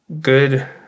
Good